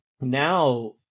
now